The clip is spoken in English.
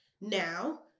Now